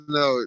no